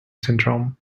syndrome